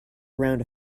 around